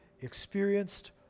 experienced